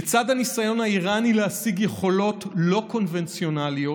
לצד הניסיון האיראני להשיג יכולות לא קונבנציונליות,